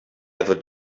ever